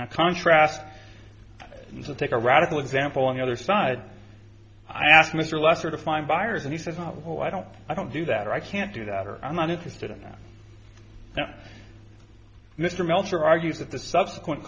e contrast to take a radical example on the other side i asked mr lester to find buyers and he said why don't i don't do that or i can't do that or i'm not interested in that now mr meltzer argues that the subsequent